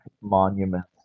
monuments